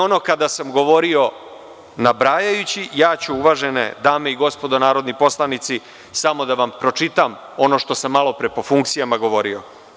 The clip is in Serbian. Ono kada sam govorio nabrajajući, ja ću uvažene dame i gospodo narodni poslanici, samo da vam pročitam ono što sam malopre po funkcijama govorio.